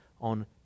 on